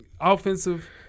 Offensive